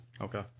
Okay